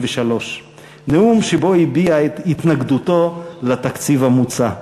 נאום שבו הביע את התנגדותו לתקציב המוצע.